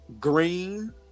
green